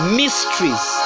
mysteries